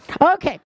Okay